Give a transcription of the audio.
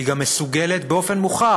היא גם מסוגלת, באופן מוכח,